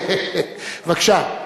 בבקשה,